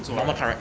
normal car ride